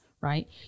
right